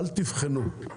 אל תבחנו,